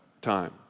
time